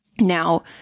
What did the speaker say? Now